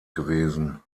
gewesen